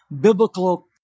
biblical